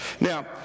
Now